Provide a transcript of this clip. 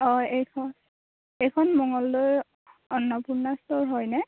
হয় এইখন এইখন মংগলদৈৰ অন্নপূৰ্ণা ষ্টৰ হয়নে